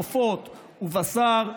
עופות ובשר,